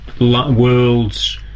worlds